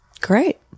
Great